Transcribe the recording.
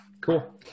Cool